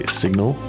signal